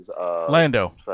Lando